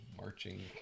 marching